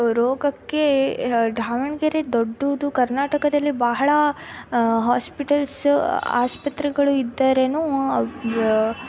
ರೋಗಕ್ಕೆ ದಾವಣಗೆರೆ ದೊಡ್ಡದು ಕರ್ನಾಟಕದಲ್ಲಿ ಬಹಳ ಹೋಸ್ಪಿಟಲ್ಸ್ ಆಸ್ಪತ್ರೆಗಳು ಇದ್ದರೂನು